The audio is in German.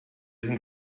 sind